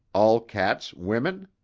all cats women?